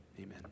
Amen